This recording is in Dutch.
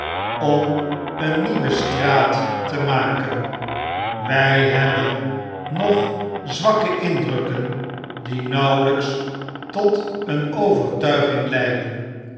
om een nieuwestraat te maken wy hebben nog zwakke indrukken die nauwelyks tot een overtuiging leiden